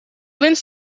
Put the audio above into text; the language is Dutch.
winst